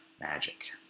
magic